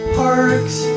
parks